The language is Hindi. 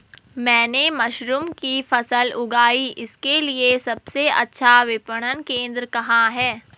मैंने मशरूम की फसल उगाई इसके लिये सबसे अच्छा विपणन केंद्र कहाँ है?